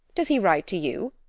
does he write to you?